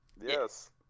Yes